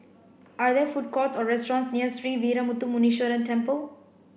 are there food courts or restaurants near Sree Veeramuthu Muneeswaran Temple